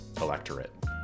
electorate